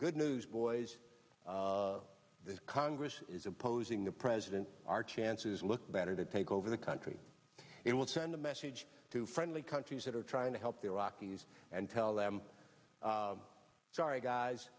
goodnews boys this congress is opposing the president our chances look better to take over the country it will send a message to friendly countries that are trying to help the iraqis and tell them sorry guys